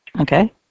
Okay